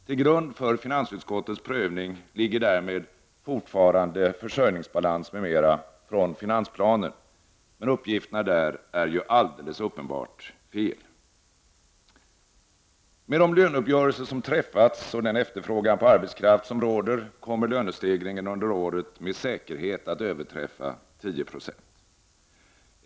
Till grund för finansutskottets prövning ligger därmed fortfarande försörjningsbalans m.m. från finansplanen, men uppgifterna där är ju alldeles uppenbart felaktiga. Med de löneuppgörelser som träffats och den efterfrågan på arbetskraft som råder kommer lönestegringen under året med säkerhet att överstiga 10 906.